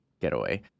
getaway